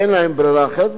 ואין להן ברירה אחרת.